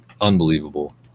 Unbelievable